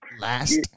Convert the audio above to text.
last